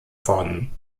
von